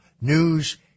news